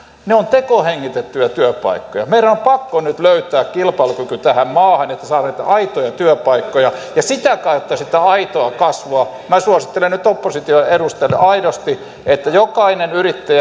ne ovat tekohengitettyjä työpaikkoja meidän on pakko nyt löytää kilpailukyky tähän maahan että saamme niitä aitoja työpaikkoja ja sitä kautta sitä aitoa kasvua minä suosittelen nyt opposition edustajille aidosti että jokainen